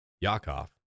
Yakov